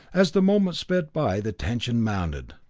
as the moments sped by the tension mounted.